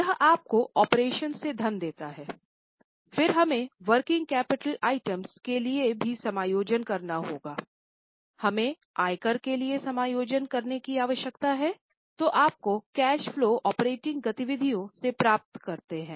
यह आपको ऑपरेशन के लिए भी समायोजन करना होगा हमें आय कर के लिए समायोजन करने की आवश्यकता है जो आपको कैश फलो ऑपरेटिंग गतिविधियों से प्रदान करता है